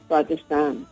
Pakistan